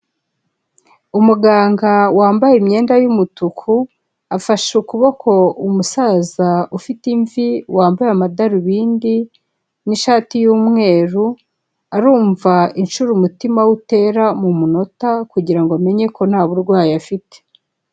Umuganga wambaye imyenda y'umutuku afashe ukuboko umusaza ufite imvi wambaye amadarubindi n'ishati y'umweru, arumva inshuro umutima we utera mu munota kugira ngo amenye ko nta burwayi afite.